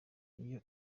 iyo